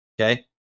Okay